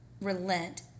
relent